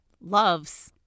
loves